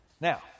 now